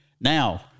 now